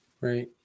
Right